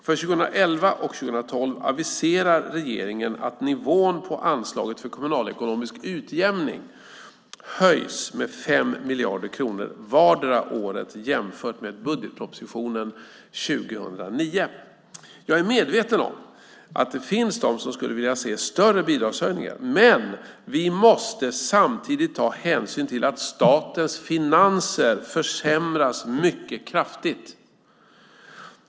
För 2011 och 2012 aviserar regeringen att nivån på anslaget för kommunalekonomisk utjämning höjs med 5 miljarder kronor vardera året jämfört med budgetpropositionen för 2009. Jag är medveten om att det finns de som skulle vilja se större bidragshöjningar. Men vi måste samtidigt ta hänsyn till att statens finanser försämras mycket kraftigt.